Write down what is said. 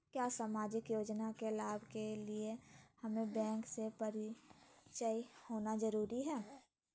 क्या सामाजिक योजना के लाभ के लिए हमें बैंक से परिचय होना जरूरी है?